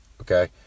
okay